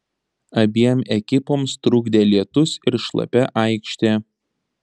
abiem ekipoms trukdė lietus ir šlapia aikštė